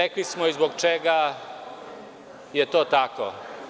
Rekli smo i zbog čega je to tako.